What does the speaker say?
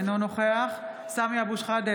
אינו נוכח סמי אבו שחאדה,